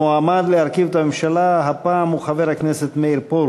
המועמד להרכיב את הממשלה הפעם הוא חבר הכנסת מאיר פרוש.